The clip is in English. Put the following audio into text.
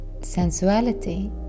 sensuality